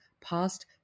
past